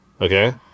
Okay